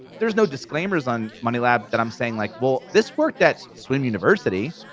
there's no disclaimers on money lab that i'm saying like, well, this worked at swim university.